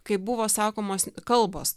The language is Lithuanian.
kai buvo sakomos kalbos